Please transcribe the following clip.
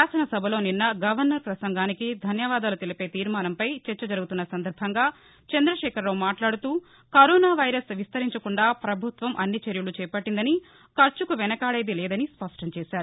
శాసన సభలో నిన్న గవర్నర్ పసంగానికి ధన్యవాదాలు తెలిపే తీర్మానంపై చర్చ జరుగుతున్న సందర్భంగా చంద్రశేఖరరావు మాట్లాడుతూ కరోన వైరస్ విస్తరించకుండా ప్రభుత్వం అన్ని చర్యలు చేపట్టిందని ఖర్చుకు వెనుకాడేది లేదని స్పష్టం చేశారు